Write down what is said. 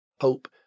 hope